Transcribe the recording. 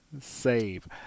save